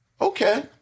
Okay